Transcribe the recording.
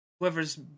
Whoever's